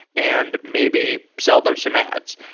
and maybe sell them some ads.